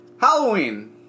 Halloween